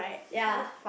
ya